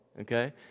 okay